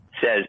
says